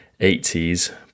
80s